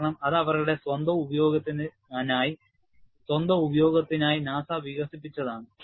കാരണം ഇത് അവരുടെ സ്വന്തം ഉപയോഗത്തിനായി നാസ വികസിപ്പിച്ചതാണ്